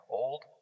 old